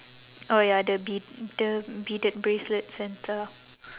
orh ya the bead the beaded bracelets and stuff